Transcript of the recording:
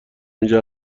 اینجا